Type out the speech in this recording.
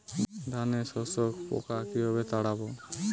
ধানে শোষক পোকা কিভাবে তাড়াব?